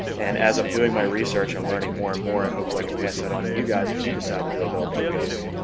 and as i'm doing my research. i'm learning more and more hopefully i can pass that on to you guys if you decide to do a build like this